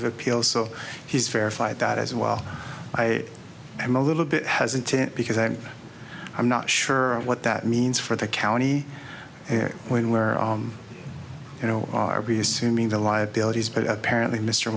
of appeal so he's verified that as well i am a little bit hesitant because i'm i'm not sure what that means for the county when we are you know are be assuming the liabilities but apparently mr